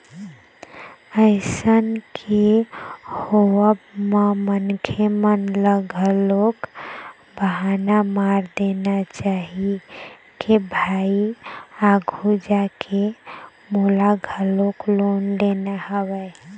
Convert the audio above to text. अइसन के होवब म मनखे मन ल घलोक बहाना मार देना चाही के भाई आघू जाके मोला घलोक लोन लेना हवय